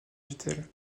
vittel